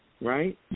right